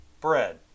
Bread